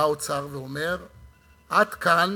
בא האוצר ואומר: עד כאן